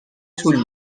طول